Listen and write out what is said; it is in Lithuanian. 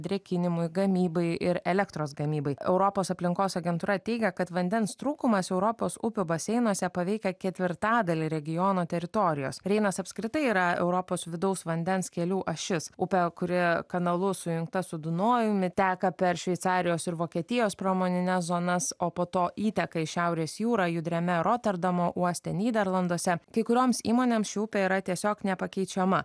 drėkinimui gamybai ir elektros gamybai europos aplinkos agentūra teigia kad vandens trūkumas europos upių baseinuose paveikė ketvirtadalį regiono teritorijos reinas apskritai yra europos vidaus vandens kelių ašis upė kuri kanalu sujungta su dunojumi teka per šveicarijos ir vokietijos pramonines zonas o po to įteka į šiaurės jūrą judriame roterdamo uoste nyderlanduose kai kurioms įmonėms ši upė yra tiesiog nepakeičiama